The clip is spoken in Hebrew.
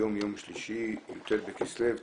היום יום שלישי, י"ט בכסלו תשע"ט,